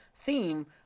theme